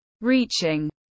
reaching